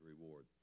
reward